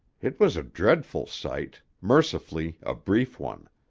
it was a dreadful sight, mercifully a brief one.